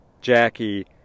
Jackie